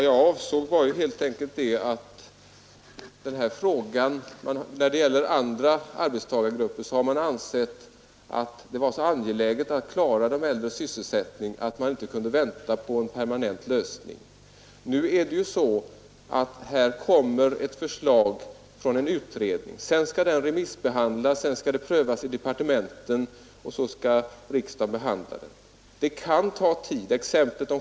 Herr talman! När det gäller andra arbetstagargrupper har man ansett det så angeläget att klara de äldres sysselsättning att man inte kunnat vänta på en permanent lösning. I det här fallet kommer alltså ett förslag från en utredning, sedan skall det remissbehandlas, prövas i departementen och därefter behandlas av riksdagen. Det kan ta tid.